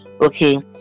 okay